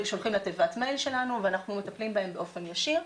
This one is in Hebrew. שולחים לתיבת מייל שלנו ואנחנו מטפלים בהן באופן ישיר.